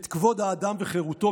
את כבוד האדם וחירותו.